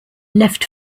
left